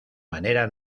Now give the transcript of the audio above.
manera